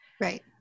Right